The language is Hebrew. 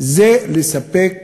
זה לספק